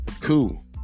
Cool